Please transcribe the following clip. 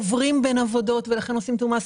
עוברים בין עבודות ולכן עושים תיאום מס.